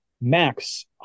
Max